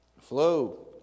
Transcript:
Flow